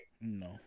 No